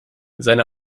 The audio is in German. seine